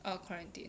err quarantine